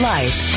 Life